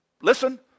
Listen